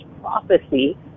prophecy